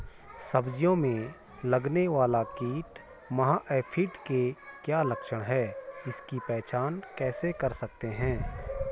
सब्जियों में लगने वाला कीट माह एफिड के क्या लक्षण हैं इसकी पहचान कैसे कर सकते हैं?